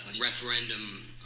referendum